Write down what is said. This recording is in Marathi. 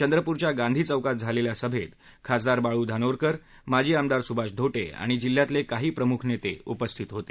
चंद्रपूरच्या गांधी चौकात झालेल्या सभेत खासदार बाळू धानोरकर माजी आमदार सुभाष धोटे आणि जिल्ह्यातले काही प्रमुख नेते उपस्थित होते